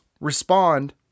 respond